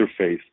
interface